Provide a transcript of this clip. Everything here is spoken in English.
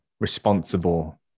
responsible